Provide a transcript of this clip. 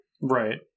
Right